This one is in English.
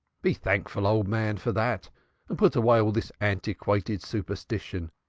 be thankful, old man, for that and put away all this antiquated superstition.